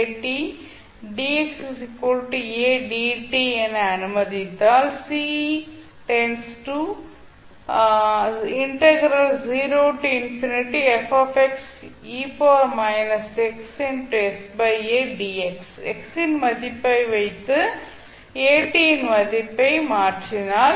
நாம் x at dx a dt என அனுமதித்தால் c X இன் மதிப்பை வைத்து at இன் மதிப்பை மாற்றினால்